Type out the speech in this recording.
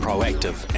proactive